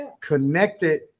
connected